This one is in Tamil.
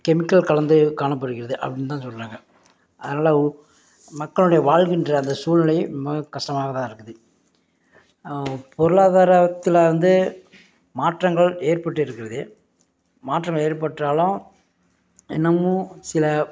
கெமிக்கல் கலந்து காணப்படுகிறது அப்படினு தான் சொல்கிறாங்க அதனால் மக்களுடைய வாழ்கின்ற அந்த சூழ்நிலை மிக கஷ்டமாக தான் இருக்குது பொருளாதாரத்தில் வந்து மாற்றங்கள் ஏற்பட்டு இருக்கிறது மாற்றம் ஏற்பட்டாலும் இன்னமும் சில